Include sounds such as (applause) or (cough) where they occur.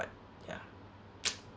but ya (noise)